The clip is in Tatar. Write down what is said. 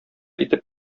итеп